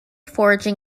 foraging